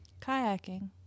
Kayaking